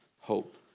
hope